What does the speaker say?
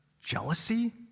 jealousy